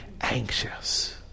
anxious